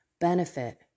benefit